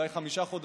אולי חמישה חודשים,